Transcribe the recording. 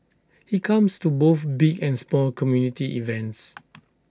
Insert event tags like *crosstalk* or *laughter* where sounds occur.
he comes to both big and small community events *noise*